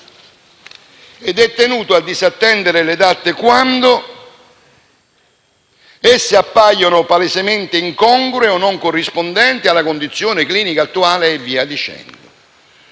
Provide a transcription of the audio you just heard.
è tenuto a disattendere le DAT «qualora esse appaiano palesemente incongrue o non corrispondenti alla condizione clinica attuale del paziente».